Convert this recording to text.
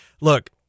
Look